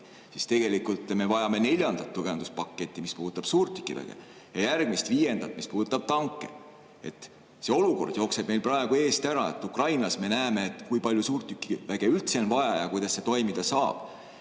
siis me vajame neljandat tugevduspaketti, mis puudutab suurtükiväge, ja järgmist, viiendat, mis puudutab tanke. See olukord jookseb meil praegu eest ära. Ukrainas me näeme, kui palju suurtükiväge üldse on vaja ja kuidas see toimida saab.